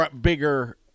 bigger